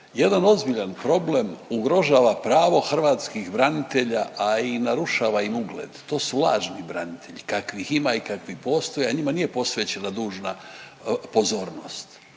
jedan ozbiljan problem ugrožava pravo hrvatskih branitelja, a i narušava im ugled, to su lažni branitelji, kakvih ima i kakvi postoje, a njima nije posvećena dužna pozornost.